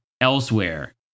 elsewhere